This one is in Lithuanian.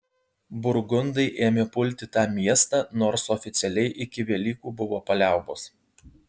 burgundai ėmė pulti tą miestą nors oficialiai iki velykų buvo paliaubos